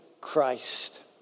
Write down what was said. Christ